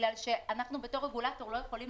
בגלל שאנחנו בתור רגולטור לא יכולים